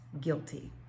guilty